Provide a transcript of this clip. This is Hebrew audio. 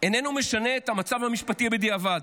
איננו משנה את המצב המשפטי בדיעבד.